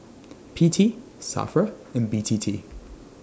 P T SAFRA and B T T